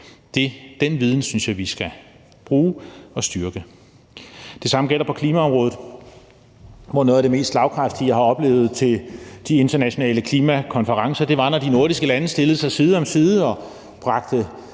Den viden synes jeg vi skal bruge og styrke. Det samme gælder på klimaområdet, hvor noget af det mest slagkraftige, jeg har oplevet til de internationale klimakonferencer, var, når de nordiske lande stillede sig side om side og bragte